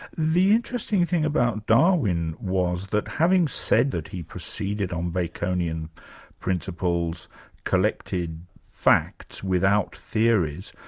the interesting thing about darwin was that having said that he proceeded on baconian principles collected facts without theories,